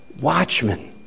watchmen